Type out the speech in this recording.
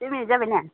दुइ मिनिट जाबायना